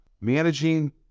managing